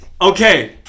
Okay